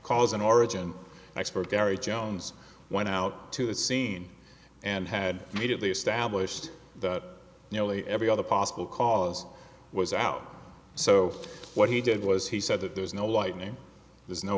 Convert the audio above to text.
and origin expert gary jones went out to the scene and had made it the established that nearly every other possible cause was out so what he did was he said that there's no lightning there's no